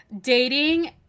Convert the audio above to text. dating